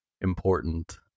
important